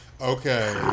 Okay